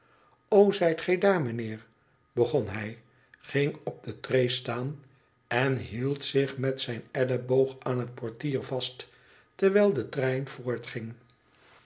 zijt gij daar mijnheer begon hij ging op de tree staan en hield zich met zijn elleboog aan het portier vast terwijl de trein voortging